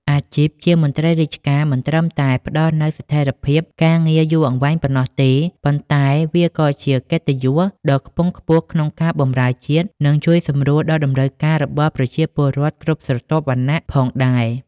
អាជីពជាមន្ត្រីរាជការមិនត្រឹមតែផ្តល់នូវស្ថិរភាពការងារយូរអង្វែងប៉ុណ្ណោះទេ ប៉ុន្តែវាក៏ជាកិត្តិយសដ៏ខ្ពង់ខ្ពស់ក្នុងការបម្រើជាតិ និងជួយសម្រួលដល់តម្រូវការរបស់ប្រជាពលរដ្ឋគ្រប់ស្រទាប់វណ្ណៈផងដែរ។